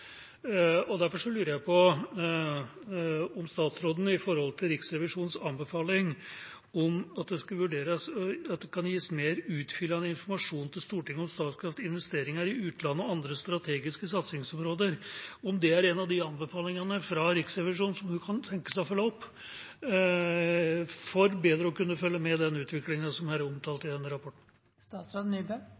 Derfor lurer jeg på, med tanke på Riksrevisjonens anbefaling, om statsråden vil vurdere om det kan gis mer utfyllende informasjon til Stortinget om Statkrafts investeringer i utlandet og andre strategiske satsingsområder. Er det en av de anbefalingene fra Riksrevisjonen som statsråden kan tenke seg å følge opp for bedre å kunne følge med den utviklingen som er omtalt i denne rapporten?